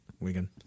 Wigan